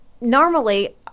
normally